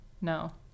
no